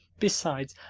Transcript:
besides,